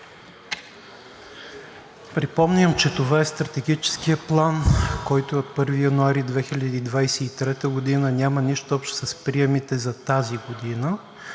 Припомням, че това е Стратегическият план, който е от 1 януари 2023 г., и няма нищо общо с приемите за тази година.